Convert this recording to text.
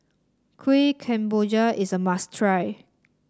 Kuih Kemboja is a must try